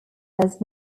does